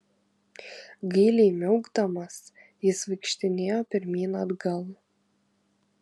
gailiai miaukdamas jis vaikštinėjo pirmyn atgal